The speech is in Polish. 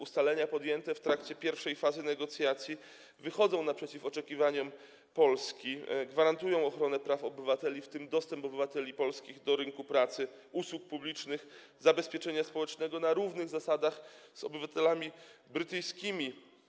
Ustalenia podjęte w trakcie pierwszej fazy negocjacji wychodzą naprzeciw oczekiwaniom Polski, gwarantują ochronę praw obywateli, w tym dostęp polskich obywateli do rynku pracy, usług publicznych, zabezpieczenia społecznego na równych zasadach z obywatelami brytyjskimi.